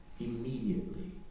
immediately